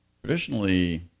Traditionally